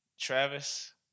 Travis